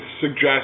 suggest